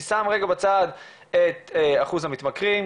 אני שם רגע בצד את אחוז המתמכרים,